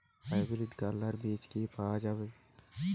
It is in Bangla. হাইব্রিড করলার বীজ কি পাওয়া যায়?